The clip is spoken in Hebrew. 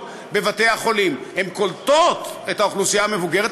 בבתי-החולים: הן קולטות את האוכלוסייה המבוגרת,